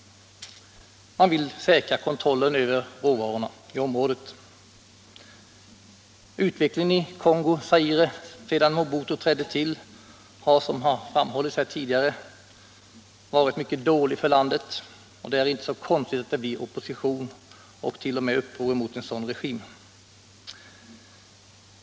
Man vill säkra kontrollen över råvarorna i området. Utvecklingen i Kongo-Zaire efter det att Mobutu trädde till har, som här tidigare framhållits, varit mycket dålig för landet. Det är inte konstigt att det blir opposition och t.o.m. uppror mot en sådan regim.